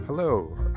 Hello